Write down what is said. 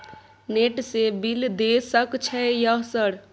Net से bill देश सक छै यह सर?